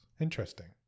interesting